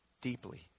Deeply